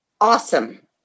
Awesome